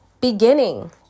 Beginning